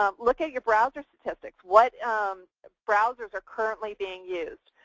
um look at your browser statistics, what browsers are currently being used.